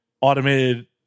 automated